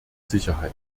sicherheit